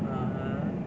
(uh huh)